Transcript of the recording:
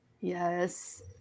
Yes